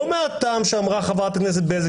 לא מהטעם שאמרה חברת הכנסת בזק,